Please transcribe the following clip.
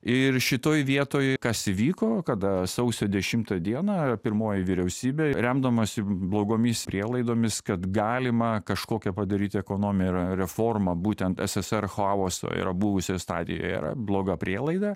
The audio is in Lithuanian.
ir šitoj vietoj kas įvyko kada sausio dešimtą dieną pirmoji vyriausybė remdamasi blogomis prielaidomis kad galima kažkokią padaryt ekonominę reformą būtent ssr chaoso yra buvusioj stadijoj yra bloga prielaida